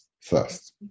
first